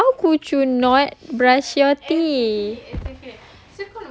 macam how could you not brush your teeth